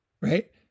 right